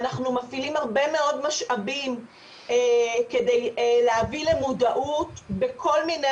אנחנו מפעילים הרבה מאוד משאבים כדי להביא למודעות בכל מיני